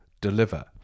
deliver